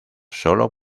solo